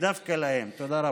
עכשיו עכשיו,